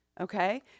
okay